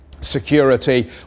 security